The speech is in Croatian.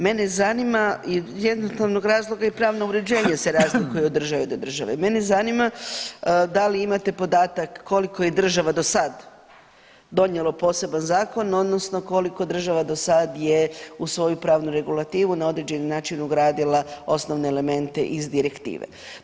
Mene zanima iz jednostavnog razloga i pravno uređenje se razlikuje od države do države, mene zanima da li imate podatak koliko je država do sad donijelo poseban zakon odnosno koliko država do sad je u svoju pravnu regulativu na određeni način ugradila osnovne elemente iz direktive.